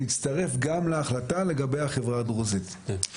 מצטרף גם להחלטה לגבי החברה הדרוזית,